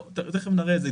לא, תיכף נראה את זה.